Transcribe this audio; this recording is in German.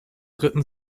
ritten